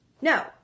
No